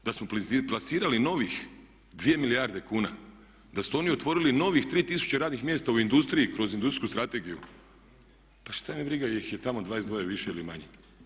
Da smo plasirali novih 2 milijarde kuna, da su oni otvorili novih 3000 radnih mjesta u industriji kroz industrijsku strategiju, pa šta me briga jel' ih je tamo 22 više ili manje.